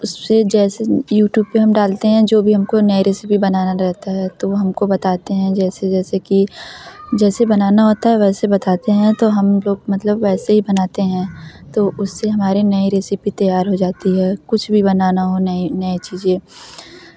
उस जैसे यूट्यूब पर हम डालते हैं जो भी हमको नई रेसिपी बनाना रहता है तो वो हमको बताते हैं जैसे जैसे कि जैसे बनाना होता है वैसे बताते हैं तो हम लोग मतलब वैसे ही बनाते हैं तो उससे हमारे नए रेसिपी तैयार हो जाती है कुछ भी बनाना हो नई नई चीज़ें